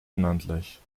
unendlich